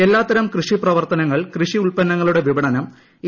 എല്ലാത്തരം കൃഷി പ്രവർത്തനങ്ങൾ കൃഷി ഉത്പന്നങ്ങളുടെ വിപണനം എ